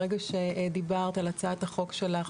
ברגע שדיברת על הצעת החוק שלך,